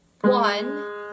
one